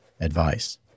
advice